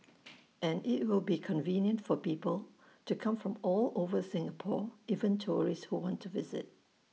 and IT will be convenient for people to come from all over Singapore even tourists who want to visit